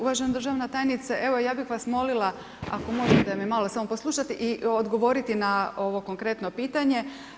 Uvažena državna tajnice, evo, ja bih vas molila ako možete me malo samo poslušat i odgovoriti na ovo konkretno pitanje.